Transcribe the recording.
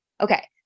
Okay